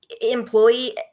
employee